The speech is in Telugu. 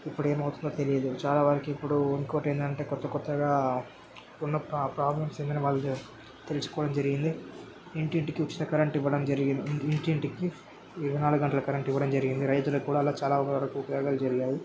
ఇప్పుడేం అవుతుందో తెలీదు చాలా వారికి ఇప్పుడు ఇంకోటేంటంటే కొత్త కొత్తగా ఉన్న ప్రాబ్లమ్స్ ఏదైనా వాళ్ళు తెలుసుకోవడం జరిగింది ఇంటింటికి ఉచిత కరెంట్ ఇవ్వడం జరిగింది ఇంటింటికి ఇరవై నాలుగు గంటల కరెంట్ ఇవ్వడం జరిగింది రైతులకు కూడా అలా చాలా వరకు ఉపయోగాలు జరిగాయి